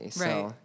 Right